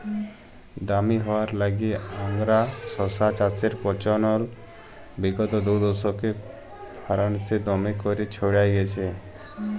দামি হউয়ার ল্যাইগে আংগারা শশা চাষের পচলল বিগত দুদশকে ফারাল্সে দমে ক্যইরে ছইড়ায় গেঁইলছে